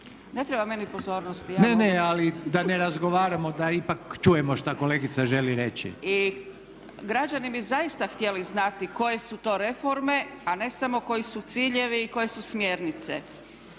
predsjednik: Ne, ne. Ali da ne razgovaramo, da ipak čujemo šta kolegica želi reći./… I građani bi zaista htjeli znati koje su to reforme, a ne samo koji su ciljevi i koje su smjernice.